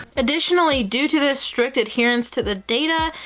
additionally, due to this strict adherence to the data,